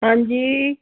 ਹਾਂਜੀ